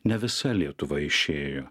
ne visa lietuva išėjo